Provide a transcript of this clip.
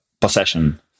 possession